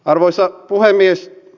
arvoisa puhemies